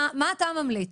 מה אתה ממליץ?